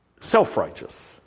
self-righteous